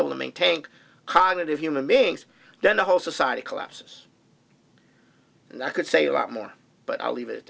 able to maintain cognitive human beings then the whole society collapses and i could say a lot more but i'll leave it